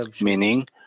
meaning